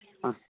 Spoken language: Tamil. ஆ